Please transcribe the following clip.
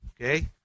okay